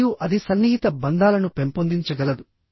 మరియు అది సన్నిహిత బంధాలను పెంపొందించగలదు